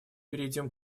перейдем